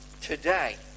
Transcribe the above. today